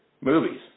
movies